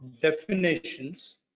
definitions